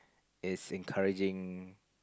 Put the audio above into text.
is encouraging